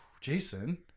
Jason